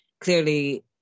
clearly